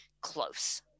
close